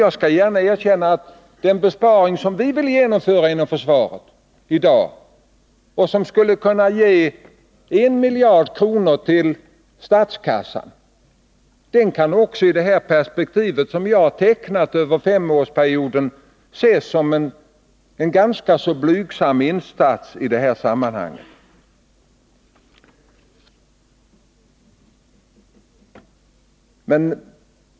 Jag skall gärna erkänna att den besparing som vi vill genomföra inom försvaret och som skulle ge en miljard till statskassan också kan ses som ganska blygsam i det perspektiv som jag har tecknat över femårsperioden.